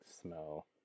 smell